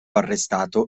arrestato